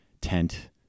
tent